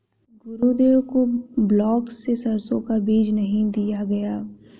गुरुदेव को ब्लॉक से सरसों का बीज नहीं दिया गया